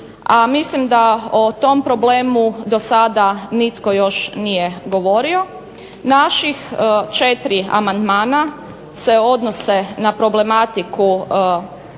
a mislim da o tom problemu do sada nitko još nije govorio. Naših četiri amandmana se odnose na problematiku